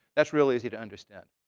that's really easy to understand.